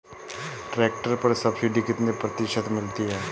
Tractor पर subsidy कितने प्रतिशत मिलती है?